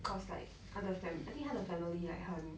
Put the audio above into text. cause like 他的 fam~ I think 他的 family like 很